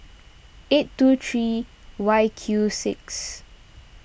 eight two three Y Q six